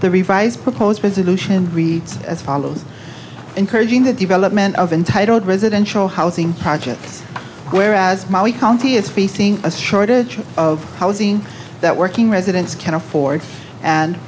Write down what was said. the revised proposed resolution reads as follows encouraging the development of untitled residential housing projects whereas molly county is facing a shortage of housing that working residents can afford and